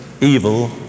evil